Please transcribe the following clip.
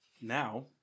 Now